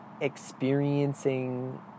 experiencing